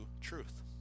truth